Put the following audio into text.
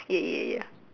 ya ya ya